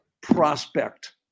prospect